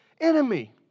enemy